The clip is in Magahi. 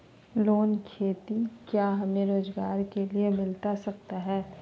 लोन खेती क्या हमें रोजगार के लिए मिलता सकता है?